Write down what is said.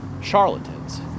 charlatans